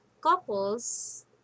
couples